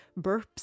burps